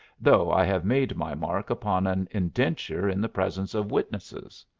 though i have made my mark upon an indenture in the presence of witnesses.